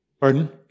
Pardon